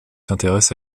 s’intéresse